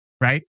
Right